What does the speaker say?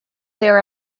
there